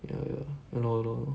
ya ya ya lor ya lor